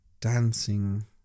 dancing